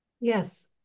Yes